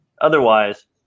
otherwise